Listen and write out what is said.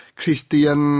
Christian